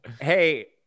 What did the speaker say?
hey